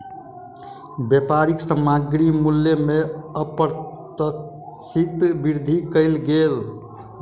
व्यापारी सामग्री मूल्य में अप्रत्याशित वृद्धि कय देलक